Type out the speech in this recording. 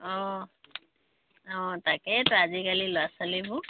অঁ অঁ তাকেইটো আজিকালি ল'ৰা ছোৱালীবোৰ